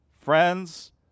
friends